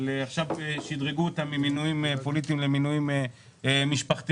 עכשיו שדרגו אותם ממינויים פוליטיים למינויים משפחתיים,